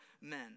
men